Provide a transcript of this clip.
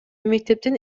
мектептин